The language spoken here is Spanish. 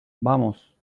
vamos